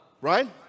Right